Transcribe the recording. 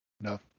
No